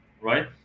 right